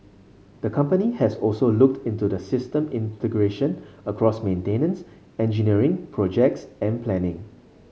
the company has also looked into the system integration across maintenance engineering projects and planning